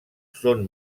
són